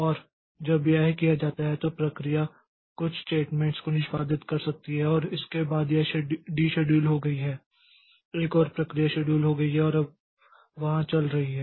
और जब यह किया जाता है तो प्रक्रिया कुछ स्टेट्मेंट्स को निष्पादित कर सकती है और इसके बाद यह डीशेड्यूल हो गई है एक और प्रक्रिया शेड्यूल हो गई है और अब वहां चल रही है